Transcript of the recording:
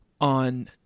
on